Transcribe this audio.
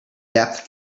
depth